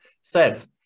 Sev